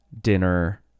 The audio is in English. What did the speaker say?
dinner